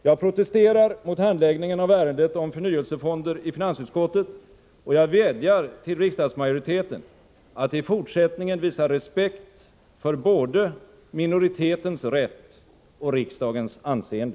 Jag protesterar mot handläggningen av ärendet om förnyelsefonder i finansutskottet, och jag vädjar till riksdagsmajoriteten att i fortsättningen visa respekt för både minoritetens rätt och riksdagens anseende.